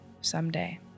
someday